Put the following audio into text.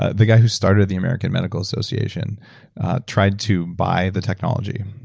ah the guy who started the american medical association tried to buy the technology,